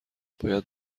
باید